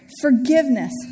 forgiveness